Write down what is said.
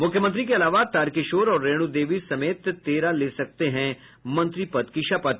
मुख्यमंत्री के अलावा तारकिशोर और रेणू देवी समेत तेरह ले सकते हैं मंत्री पद की शपथ